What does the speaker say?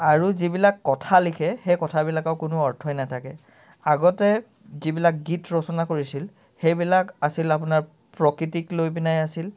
আৰু যিবিলাক কথা লিখে সেই কথাবিলাকৰ কোনো অৰ্থই নাথাকে আগতে যিবিলাক গীত ৰচনা কৰিছিল সেইবিলাক আছিল আপোনাৰ প্ৰকৃতিক লৈ পেনাই আছিল